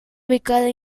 ubicada